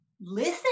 listen